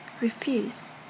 refuse